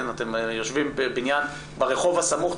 אתם יושבים ברחוב הסמוך,